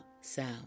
sound